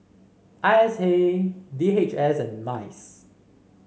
I S A D H S and MICE